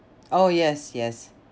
oh yes yes